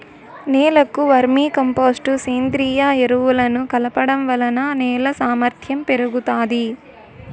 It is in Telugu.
నేలకు వర్మీ కంపోస్టు, సేంద్రీయ ఎరువులను కలపడం వలన నేల సామర్ధ్యం పెరుగుతాది